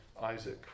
Isaac